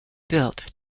built